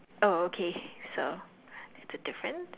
oh okay so that's a different